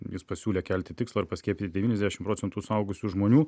jis pasiūlė kelti tikslą ir paskiepyti devyniasdešimt procentų suaugusių žmonių